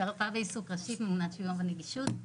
מרפאה בעיסוק ראשית, ממונה שוויון ונגישות.